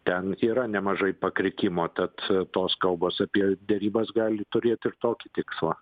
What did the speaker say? ten yra nemažai pakrikimo tad tos kalbos apie derybas gali turėt ir tokį tikslą